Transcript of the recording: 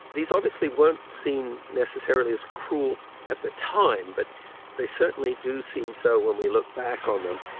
these obviously weren't seen necessarily as cruel at the time, but they certainly do seem so when we look back on them.